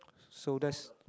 so that's